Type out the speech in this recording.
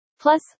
Plus